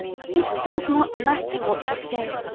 it does not matter what you say,